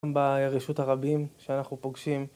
ברשות הרבים שאנחנו פוגשים...